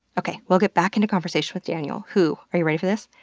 okay, we'll get back into conversation with daniel, who are you ready for this?